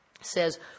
says